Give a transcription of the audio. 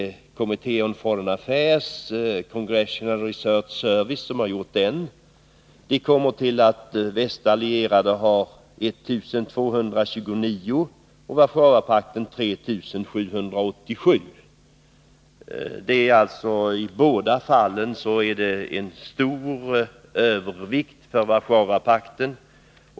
Committee on Foreign Affairs Congressional Research Service har gjort den. Där kommer man fram till att västallierade har 1 229 och Warszawapakten 3 787 kärnvapenspetsar. I båda fallen är det alltså en stor övervikt för Warszawapakten.